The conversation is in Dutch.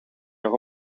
nog